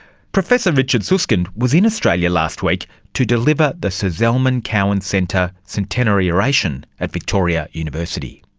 professor richard susskind was in australia last week to deliver the sir zelman cowen centre centenary oration at victoria university.